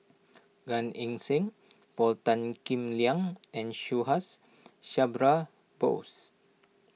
Gan Eng Seng Paul Tan Kim Liang and Subhas Chandra Bose